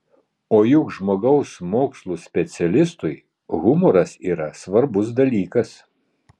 o juk žmogaus mokslų specialistui humoras yra svarbus dalykas